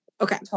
Okay